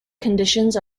conditions